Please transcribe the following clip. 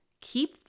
keep